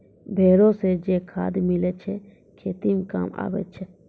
भेड़ो से जे खाद मिलै छै खेती मे काम आबै छै